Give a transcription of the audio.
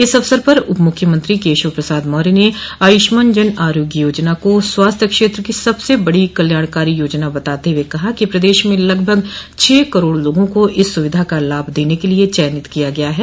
इस अवसर पर उपमुख्यमंत्री केशव प्रसाद मौर्य ने आयुष्मान जन आरोग्य योजना का स्वास्थ्य क्षेत्र की सबसे बड़ी कल्याणकारी योजना बताते हुए कहा कि प्रदेश में लगभग छः करोड़ लोगों को इस सुविधा का लाभ देने के लिए चयनित किया गया है